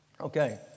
Okay